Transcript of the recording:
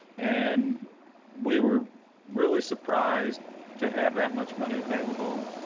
and we were really surprised to have that much money available.